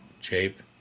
shape